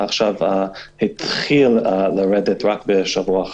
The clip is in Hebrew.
עכשיו התחיל לרדת רק בשבוע האחרון,